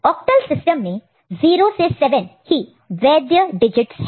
octal system में 0 से 7 ही वैद्य वैलिड valid डिजिटस है